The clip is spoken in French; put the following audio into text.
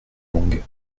langue